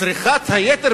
צריכת היתר